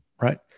right